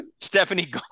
Stephanie